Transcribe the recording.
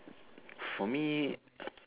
for me